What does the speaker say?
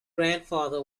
grandfather